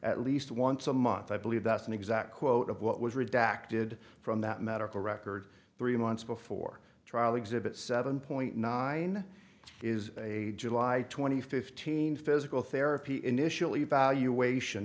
at least once a month i believe that's an exact quote of what was redacted from that medical record three months before trial exhibit seven point nine is a july two thousand and fifteen physical therapy initial evaluation